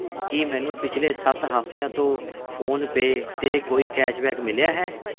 ਕੀ ਮੈਨੂੰ ਪਿਛਲੇ ਸੱਤ ਹਫਤਿਆਂ ਤੋਂ ਫੋਨਪੇਅ 'ਤੇ ਕੋਈ ਕੈਸ਼ਬੈਕ ਮਿਲਿਆ ਹੈ